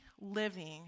living